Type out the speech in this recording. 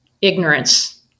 ignorance